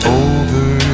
over